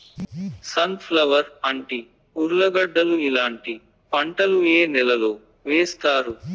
Sun flower, అంటి, ఉర్లగడ్డలు ఇలాంటి పంటలు ఏ నెలలో వేస్తారు?